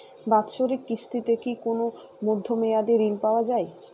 বাৎসরিক কিস্তিতে কি কোন মধ্যমেয়াদি ঋণ পাওয়া যায়?